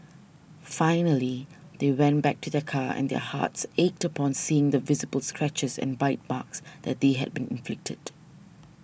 finally they went back to their car and their hearts ached upon seeing the visible scratches and bite marks that they had been inflicted